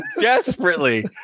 desperately